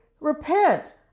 repent